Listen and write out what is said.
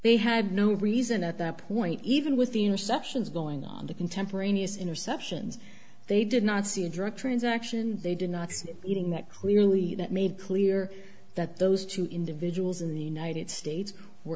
they had no reason at that point even with the interceptions going on the contemporaneous interceptions they did not see a drug transaction they did not even that clearly made clear that those two individuals in the united states were